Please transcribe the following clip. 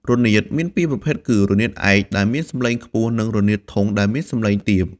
រនាតមានពីរប្រភេទ គឺ រនាតឯក ដែលមាន សំឡេងខ្ពស់ និង រនាតធុង ដែលមាន សំឡេងទាប។